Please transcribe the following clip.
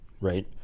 right